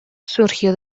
surgió